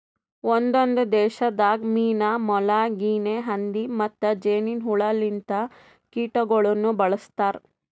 ಒಂದೊಂದು ದೇಶದಾಗ್ ಮೀನಾ, ಮೊಲ, ಗಿನೆ ಹಂದಿ ಮತ್ತ್ ಜೇನಿನ್ ಹುಳ ಲಿಂತ ಕೀಟಗೊಳನು ಬಳ್ಸತಾರ್